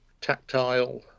tactile